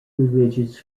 religious